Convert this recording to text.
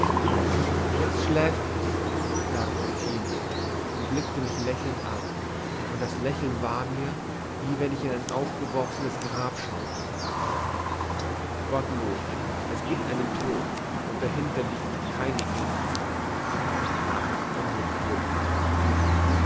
jezt schläft es sagte ophelia und blickte mich lächelnd an und das lächeln war mir wie wenn ich in ein aufgeworfenes grab schaute gottlob es giebt einen tod und dahinter liegt keine ewigkeit sprach ich